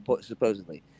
supposedly